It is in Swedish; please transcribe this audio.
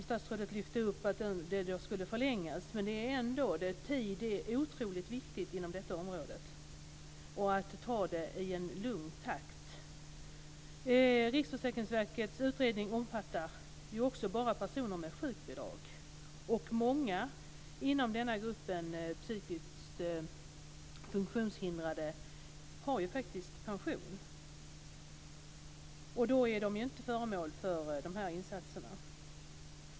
Statsrådet lyfter fram att tidsperspektivet skulle förlängas, men tid är ändå otroligt viktigt inom detta område. Det är viktigt att ta det i en lugn takt. Riksförsäkringsverkets utredning omfattar också bara personer med sjukbidrag, och många inom denna grupp, psykiskt funktionshindrade, har ju faktiskt pension. Då är de inte föremål för de här insatserna.